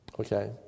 Okay